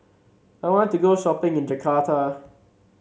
I want to go shopping in Jakarta